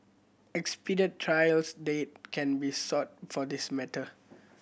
expedited trials date can be sought for this matter